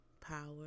power